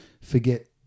forget